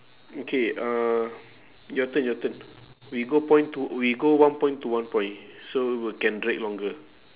okay uh your turn your turn we go point to we go one point to one point so we can drag longer